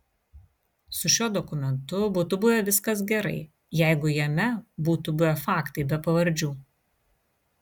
su šiuo dokumentu būtų buvę viskas gerai jeigu jame būtų buvę faktai be pavardžių